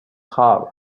hard